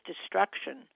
destruction